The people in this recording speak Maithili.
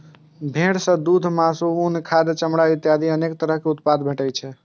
भेड़ सं दूघ, मासु, उन, खाद, चमड़ा इत्यादि अनेक तरह उत्पाद भेटै छै